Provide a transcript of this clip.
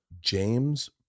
James